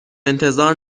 انتظار